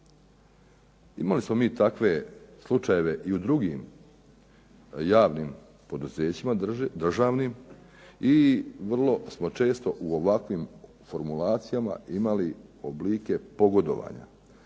Imali smo mi takve slučajeve i u drugim javnim državnim poduzećima i vrlo smo često u ovakvim formulacijama imali oblike pogodovanja.